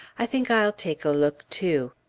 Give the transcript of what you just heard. i think i'll take a look, too.